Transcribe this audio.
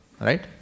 Right